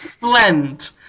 blend